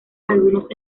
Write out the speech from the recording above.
algunos